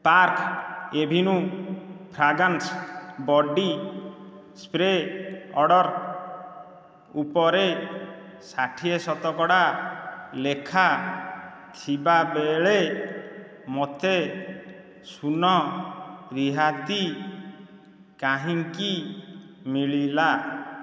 park avenue fragrance body spray order ଉପରେ ଷାଠିଏ ଶତକଡ଼ା ଲେଖା ଥିବାବେଳେ ମୋତେ ଶୂନ ରିହାତି କାହିଁକି ମିଳିଲା